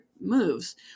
moves